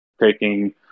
taking